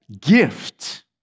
gift